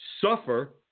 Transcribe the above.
suffer